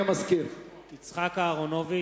יצחק אהרונוביץ,